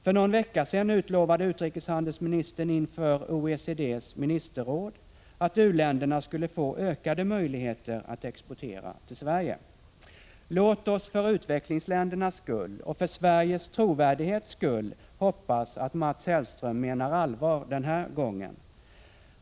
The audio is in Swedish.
För någon vecka sedan utlovade utrikeshandelsministern inför OECD:s ministerråd att u-länderna skulle få ökade möjligheter att exportera till Sverige. Låt oss för utvecklingsländernas skull och för Sveriges trovärdighets skull hoppas att Mats Hellström menar allvar den här gången.